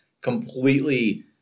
completely